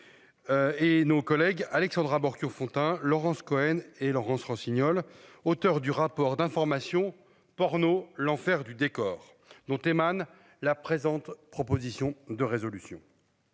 Et nos collègues Alexandra Borchio-Fontimp Laurence Cohen et Laurence Rossignol, auteur du rapport d'information porno l'enfer du décor dont Ayman la présente proposition de résolution.